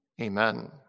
Amen